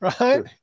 right